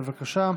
בבקשה,